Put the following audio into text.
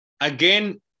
again